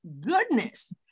goodness